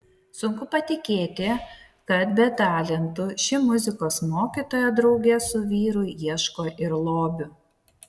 sunku patikėti kad be talentų ši muzikos mokytoja drauge su vyru ieško ir lobių